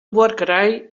buorkerij